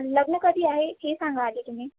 लग्न कधी आहे हे सांगा आधी तुम्ही